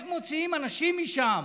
איך מוציאים אנשים משם?